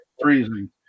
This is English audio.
freezing